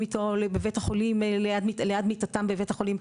אתו בבית החולים ליד מיטתם בבית החולים,